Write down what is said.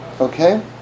Okay